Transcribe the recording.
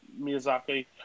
Miyazaki